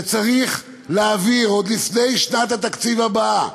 וצריך להעביר עוד לפני שנת התקציב הבאה,